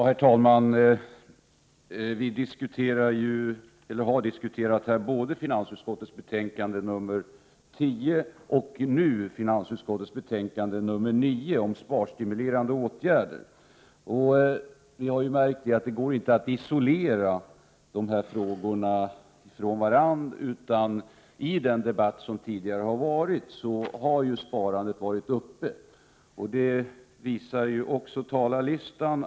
Herr talman! Vi har ju här diskuterat både finansutskottets betänkande 10 och, nu senast, finansutskottets betänkande 9 om sparstimulerande åtgärder. Som vi har märkt går det ju inte att isolera dessa frågor från varandra, och frågan om sparandet har ju berörts i den tidigare debatten. Att så är fallet framgår också av talarlistan.